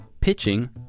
pitching